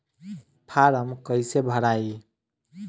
Form कईसे भराई?